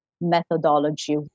methodology